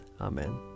Amen